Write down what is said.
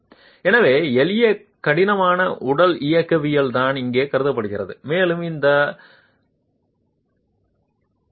எனவே எளிய கடினமான உடல் இயக்கவியல் தான் இங்கே கருதப்படுகிறது மேலும் அந்த காசோலையை செய்ய முடியும்